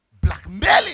Blackmailing